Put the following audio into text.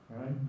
Right